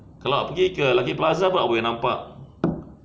kalau awak pergi ke lucky plaza pun awak boleh nampak